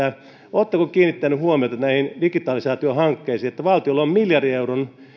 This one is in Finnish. oletteko kiinnittänyt huomiota näihin digitalisaatiohankkeisiin siihen että valtiolla on miljardin euron